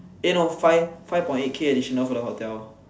eh no five five point eight K additional for the hotel